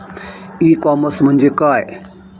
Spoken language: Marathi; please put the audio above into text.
ई कॉमर्स म्हणजे काय?